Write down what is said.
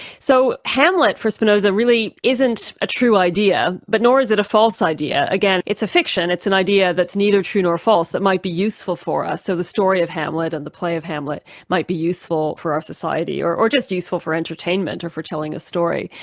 so hamlet for spinoza really isn't a true idea, but nor is it false idea. again, it's a fiction. it's an idea that's neither true nor false that might be useful for us. so the story of hamlet and the play of hamlet might be useful for our society, or or just useful for entertainment or for telling a story.